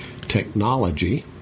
technology